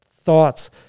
thoughts